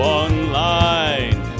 online